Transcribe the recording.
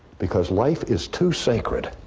because life is too sacred